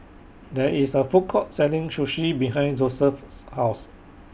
There IS A Food Court Selling Sushi behind Joesph's House